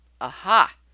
Aha